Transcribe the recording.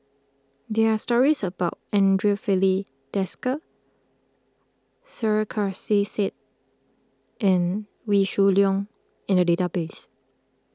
there are stories about andre Filipe Desker Sarkasi Said and Wee Shoo Leong in the database